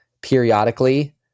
periodically